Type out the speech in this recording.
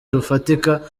rufatika